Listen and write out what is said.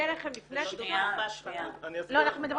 זה הגיע אליכם לפני -- אנחנו מדברים